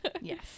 Yes